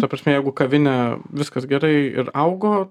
ta prasme jeigu kavinę viskas gerai ir augo